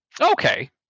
Okay